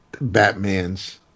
Batman's